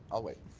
i'll wait.